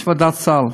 יש ועדת סל.